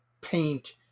paint